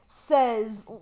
Says